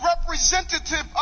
representative